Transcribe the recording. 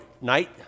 night